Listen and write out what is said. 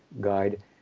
guide